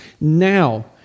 Now